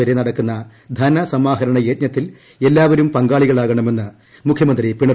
വരെ നടക്കുന്ന ധന സമാഹരണയജ്ഞത്തിൽ എല്ലാവരും പങ്കാളികളാകണമെന്ന് മുഖൃമന്ത്രി പിണറായി വിജയൻ